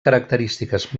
característiques